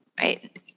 right